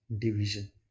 Division